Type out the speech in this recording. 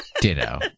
ditto